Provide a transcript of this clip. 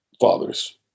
fathers